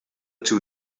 two